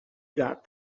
got